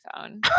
phone